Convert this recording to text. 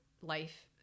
life